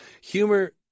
Humor